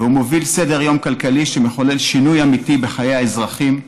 והוא מוביל סדר-יום כלכלי שמחולל שינוי אמיתי בחיי האזרחים,